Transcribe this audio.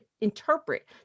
interpret